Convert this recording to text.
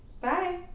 bye